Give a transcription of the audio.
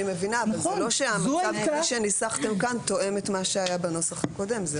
אני מבינה אבל זה לא המצב כפי שניסחתם כאן תואם את מה שהיה בנוסח הקודם.